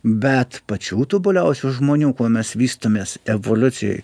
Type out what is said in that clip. bet pačių tobuliausių žmonių kuo mes vystomės evoliucijoj